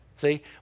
See